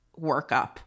workup